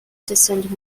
descent